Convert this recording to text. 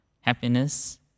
happiness